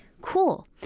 Cool